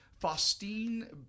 Faustine